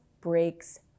breaks